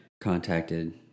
contacted